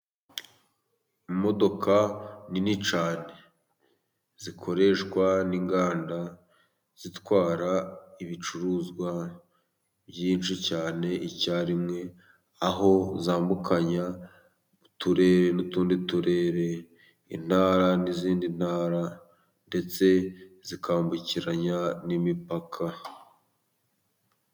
Imodoka nini cyane zikoreshwa n'inganda zitwara ibicuruzwa byinshi cyane icyarimwe, aho zambukiranya uturere n'utundi turere, intara n'izindi ntara, ndetse zikambukiranya n'imipaka.